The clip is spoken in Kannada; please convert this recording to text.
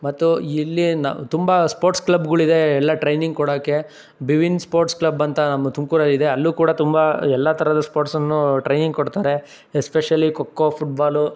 ಮತ್ತು ಇಲ್ಲಿ ನ ತುಂಬ ಸ್ಪೋರ್ಟ್ಸ್ ಕ್ಲಬ್ಗಳಿದೆ ಎಲ್ಲ ಟ್ರೈನಿಂಗ್ ಕೊಡೋಕ್ಕೆ ಬಿವಿನ್ ಸ್ಪೋರ್ಟ್ಸ್ ಕ್ಲಬ್ ಅಂತ ನಮ್ಮ ತುಮಕೂರಲ್ಲಿದೆ ಅಲ್ಲೂ ಕೂಡ ತುಂಬ ಎಲ್ಲ ಥರದ ಸ್ಪೋರ್ಟ್ಸನ್ನೂ ಟ್ರೈನಿಂಗ್ ಕೊಡ್ತಾರೆ ಎಸ್ಪೆಷಲಿ ಖೊ ಖೋ ಫುಟ್ಬಾಲು